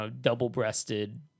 Double-breasted